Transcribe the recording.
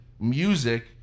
music